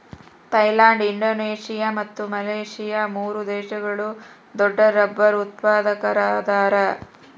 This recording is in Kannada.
ಥೈಲ್ಯಾಂಡ್ ಇಂಡೋನೇಷಿಯಾ ಮತ್ತು ಮಲೇಷ್ಯಾ ಮೂರು ದೇಶಗಳು ದೊಡ್ಡರಬ್ಬರ್ ಉತ್ಪಾದಕರದಾರ